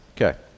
Okay